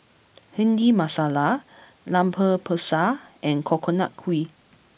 Bhindi Masala Lemper Pisang and Coconut Kuih